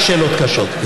רק שאלות קשות,